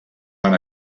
van